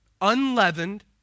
unleavened